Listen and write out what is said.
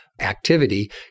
activity